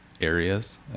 areas